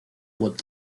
walt